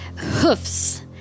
hoofs